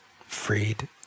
freed